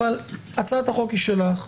אבל הצעת החוק היא שלך.